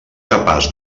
capaç